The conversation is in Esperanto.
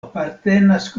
apartenas